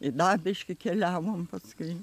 ir da biški keliavom paskui